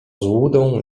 złudą